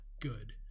good